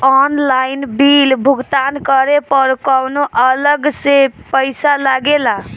Online bill भुगतान करे पर कौनो अलग से पईसा लगेला?